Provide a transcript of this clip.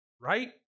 Right